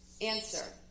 Answer